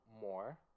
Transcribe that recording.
more